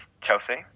Chelsea